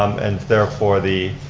and therefore the